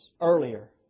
earlier